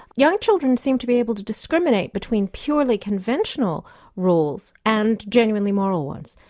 young children seem to be able to discriminate between purely conventional roles and genuinely moral ones.